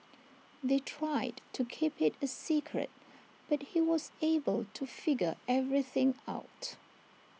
they tried to keep IT A secret but he was able to figure everything out